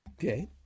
Okay